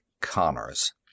Connors